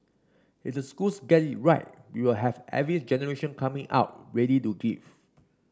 if the schools get it right we will have every generation coming out ready to give